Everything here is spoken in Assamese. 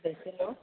গৈছিলোঁ